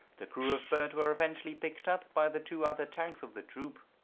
the crew of bert were eventually picked up by the two other tanks of the troop.